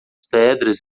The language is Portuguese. pedras